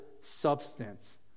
substance